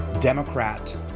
Democrat